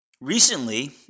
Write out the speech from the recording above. Recently